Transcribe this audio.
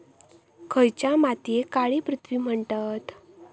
खयच्या मातीयेक काळी पृथ्वी म्हणतत?